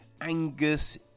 Angus